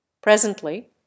Presently